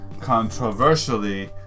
controversially